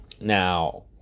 Now